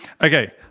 Okay